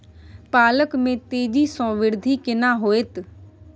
पालक में तेजी स वृद्धि केना होयत?